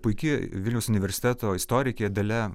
puiki vilniaus universiteto istorikė dalia